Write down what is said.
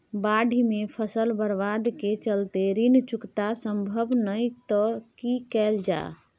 बाढि में फसल बर्बाद के चलते ऋण चुकता सम्भव नय त की कैल जा?